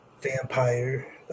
vampire